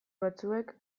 batzuek